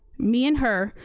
me and her,